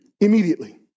immediately